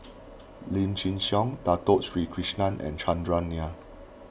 Lim Chin Siong Dato Sri Krishna and Chandran Nair